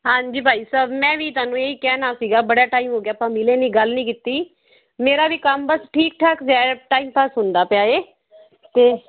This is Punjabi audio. ਹਾਂਜੀ ਬਾਈ ਸਾਹਿਬ ਮੈਂ ਵੀ ਤੁਹਾਨੂੰ ਇਹੀ ਕਹਿਣਾ ਸੀਗਾ ਬੜਾ ਟਾਈਮ ਹੋ ਗਿਆ ਆਪਾਂ ਮਿਲੇ ਨਹੀਂ ਗੱਲ ਨਹੀਂ ਕੀਤੀ ਮੇਰਾ ਵੀ ਕੰਮ ਬਸ ਠੀਕ ਠਾਕ ਜਿਹਾ ਏ ਟਾਇਮ ਪਾਸ ਹੁੰਦਾ ਪਿਆ ਏ ਅਤੇ